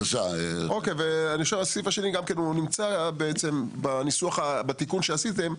ההערה השנייה שלי גם נמצאת בתיקון שעשיתם.